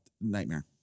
Nightmare